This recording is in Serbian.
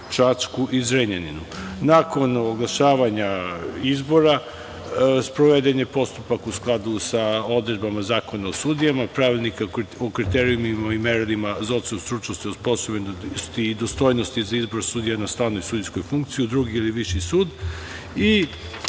Čačku i Zrenjaninu. Nakon oglašavanja izbora, sproveden je postupak u skladu sa odredbama Zakona o sudijama, Pravilnika o kriterijumima i merilima za ocenu stručnosti, osposobljenosti i dostojnosti za izbor sudija na stalnoj sudijskoj funkciji u drugi ili viši sud